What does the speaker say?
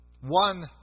One